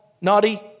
Naughty